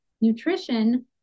nutrition